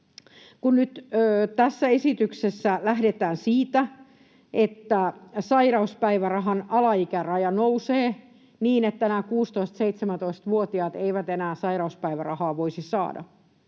nyt tässä esityksessä lähdetään siitä, että sairauspäivärahan alaikäraja nousee niin, että nämä 16—17-vuotiaat eivät enää sairauspäivärahaa voisi saada,